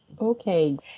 Okay